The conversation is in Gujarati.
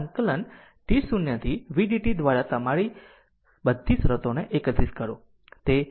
હવે સંકલન t 0 થી v dt દ્વારા તમારાની બધી શરતો એકત્રિત કરો